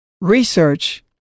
research